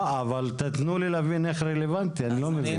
אבל תתנו לי להבין איך רלוונטי, אני לא מבין.